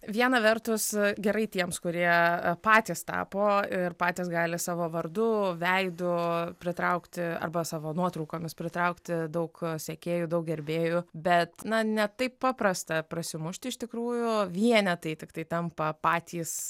viena vertus gerai tiems kurie patys tapo ir patys gali savo vardu veidu pritraukti arba savo nuotraukomis pritraukti daug sekėjų daug gerbėjų bet na ne taip paprasta prasimušti iš tikrųjų vienetai tiktai tampa patys